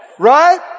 Right